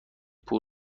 پول